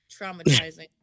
traumatizing